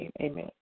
Amen